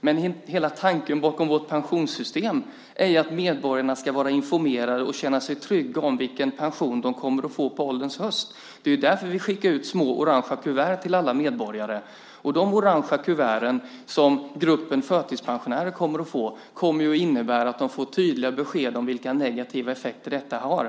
Men hela tanken bakom vårt pensionssystem är att medborgarna ska vara informerade och känna sig trygga när det gäller vilken pension de kommer att få på ålderns höst. Det är ju därför som små orangefärgade kuvert skickas ut till alla medborgare. De orangefärgade kuvert som gruppen förtidspensionärer kommer att få kommer att innebära att de får tydliga besked om vilka negativa effekter detta har.